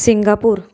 Singapore